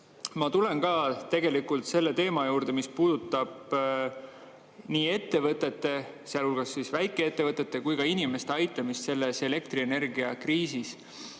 Ma tulen ka tegelikult selle teema juurde, mis puudutab nii ettevõtete, sealhulgas väikeettevõtete, kui ka inimeste aitamist selles elektrienergiakriisis.